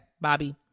Bobby